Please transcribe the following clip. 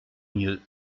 mieux